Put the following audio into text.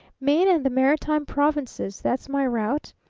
maine and the maritime provinces that's my route.